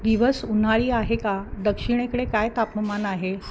दिवस उन्हाळी आहे का दक्षिणेकडे काय तापमान आहे